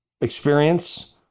experience